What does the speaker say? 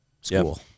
school